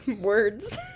words